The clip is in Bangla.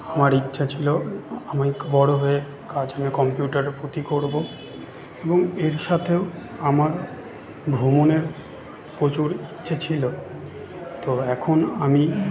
আমার ইচ্ছা ছিল আমি বড় হয়ে কাজ নিয়ে কম্পিউটারের প্রতি করব এবং এর সাথেও আমার ভ্রমণের প্রচুর ইচ্ছে ছিল তো এখন আমি